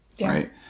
right